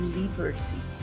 liberty